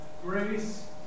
Grace